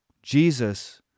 Jesus